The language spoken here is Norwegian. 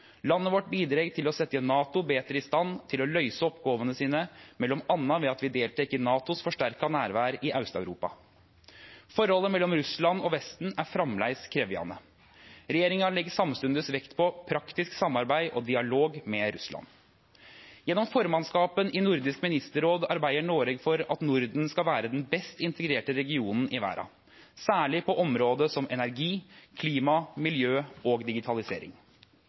Landet vårt bidreg til å setje NATO betre i stand til å løyse oppgåvene sine, m.a. ved at vi deltek i NATOs forsterka nærvær i Aust-Europa. Forholdet mellom Russland og Vesten er framleis krevjande. Regjeringa legg samstundes vekt på praktisk samarbeid og dialog med Russland. Gjennom formannskapen i Nordisk ministerråd arbeider Noreg for at Norden skal vere den best integrerte regionen i verda, særleg på område som energi, klima, miljø og digitalisering.